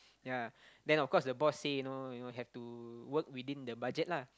ya then of course the boss say you know you know have to work within the budget lah